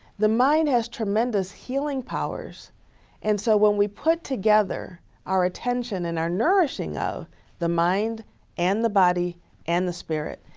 the mind has tremendous healing powers and so when we put together our attention and our nourishing of the mind and the body and the spirit,